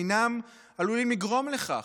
אינם עלולים לגרום לכך,